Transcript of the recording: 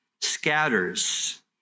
scatters